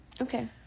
Okay